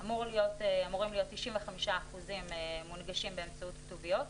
אמורים להיות 95% מונגשים באמצעות כתוביות,